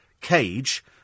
cage